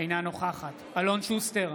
אינה נוכחת אלון שוסטר,